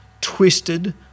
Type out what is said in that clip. twisted